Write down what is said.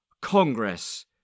Congress